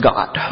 God